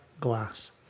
glass